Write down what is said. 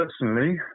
personally